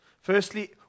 Firstly